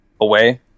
away